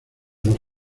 los